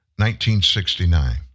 1969